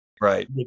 right